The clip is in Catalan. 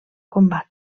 combat